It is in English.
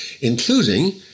including